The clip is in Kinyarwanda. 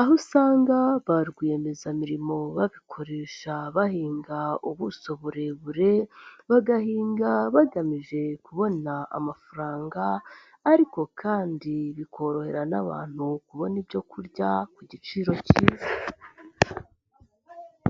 aho usanga ba rwiyemezamirimo babikoresha bahinga ubuso burebure, bagahinga bagamije kubona amafaranga ariko kandi bikorohera n'abantu kubona ibyo kurya ku giciro kiza.